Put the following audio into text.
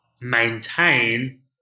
maintain